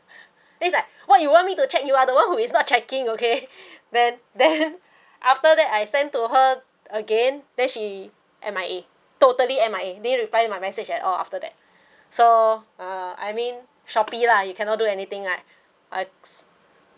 it's like what you want me to check you are the one who is not checking okay then then after that I send to her again then she M_I_A totally M_I_A didn't reply my message at all after that so uh I mean shopee lah you cannot do anything right